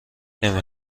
نمی